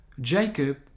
Jacob